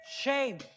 shame